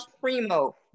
Primo